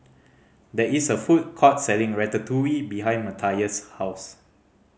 there is a food court selling Ratatouille behind Mathias' house